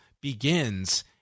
begins